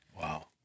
Wow